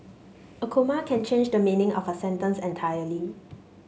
a comma can change the meaning of a sentence entirely